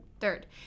third